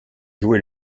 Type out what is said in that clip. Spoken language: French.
jouer